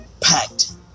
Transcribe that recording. packed